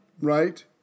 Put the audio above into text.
right